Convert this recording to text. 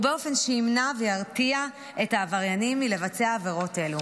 ובאופן שימנע וירתיע את העבריינים מלבצע עבירות אלו.